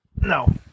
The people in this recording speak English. No